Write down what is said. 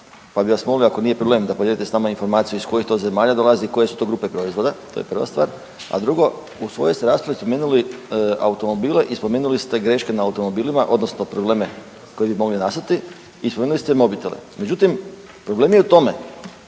pa bi vas molio ako nije problem da podijelite s nama informaciju iz kojih to zemalja dolazi i koje su to grupe proizvoda. To je prva stvar. A drugo u svojoj ste raspravi spomenuli automobile i spomenuli ste greške na automobilima odnosno probleme koji bi mogli nastati i spomenuli ste mobitele. Međutim, problem je u tome